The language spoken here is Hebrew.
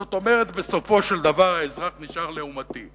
זאת אומרת, בסופו של דבר האזרח נשאר לעומתי.